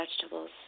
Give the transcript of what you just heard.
vegetables